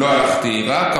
לא הלכתי רק,